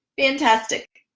fantastic